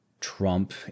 trump